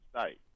State